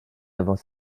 avant